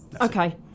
Okay